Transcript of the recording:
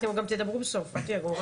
אתם גם תדברו בסוף, אל תדאגו.